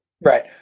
Right